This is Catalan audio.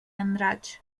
andratx